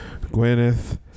Gwyneth